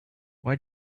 why